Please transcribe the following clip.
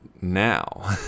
now